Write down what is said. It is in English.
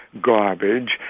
garbage